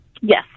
Yes